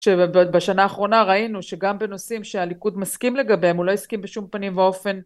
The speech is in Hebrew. בשנה האחרונה ראינו שגם בנושאים שהליכוד מסכים לגביהם הוא לא הסכים בשום פנים ואופן